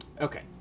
Okay